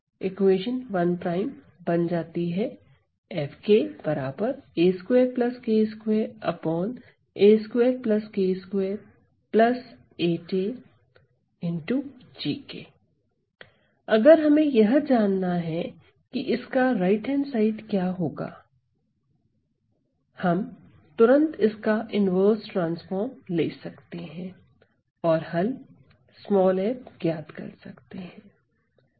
equation 1' बन जाती है अगर हमें यह जानना है कि इसका राइट हैंड साइड क्या होगा हम तुरंत इसका इन्वर्स ट्रांसफार्म ले सकते हैं और हल f ज्ञात कर सकते हैं